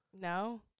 No